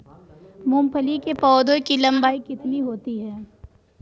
मूंगफली के पौधे की लंबाई कितनी होती है?